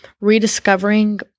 rediscovering